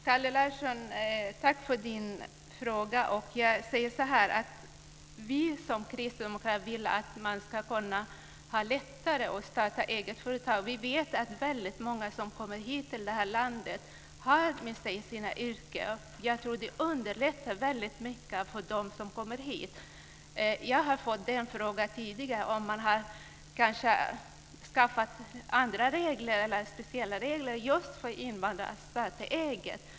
Herr talman! Tack för din fråga, Kalle Larsson. Vi kristdemokrater vill att det ska vara lättare att starta eget företag. Vi vet att många som kommer hit till detta land har med sig sina yrkeskunskaper. Det underlättar mycket för dem som kommer hit. Jag har fått frågan tidigare om det finns andra speciella regler just för invandrare att starta eget.